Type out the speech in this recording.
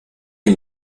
les